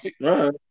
right